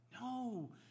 No